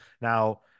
Now